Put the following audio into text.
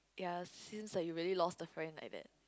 ya seems like you really lost the friend like that